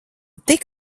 tik